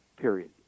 Period